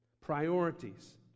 priorities